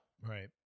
Right